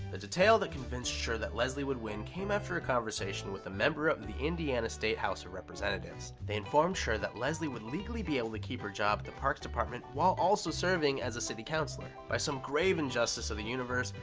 the detail that convinced schur that leslie would win came after a conversation with a member of the indiana state house of representatives. they informed schur that leslie would legally be able to keep her job at the parks department while also serving as a city councilor. by some grave injustice of the universe,